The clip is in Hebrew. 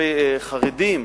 כלפי חרדים,